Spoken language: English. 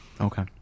Okay